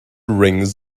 rings